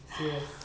serious